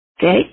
Okay